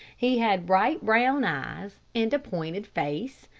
he had bright brown eyes, and a pointed face,